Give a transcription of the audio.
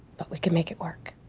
but we can make it work.